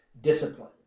discipline